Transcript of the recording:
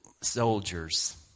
soldiers